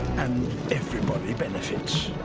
and everybody benefits.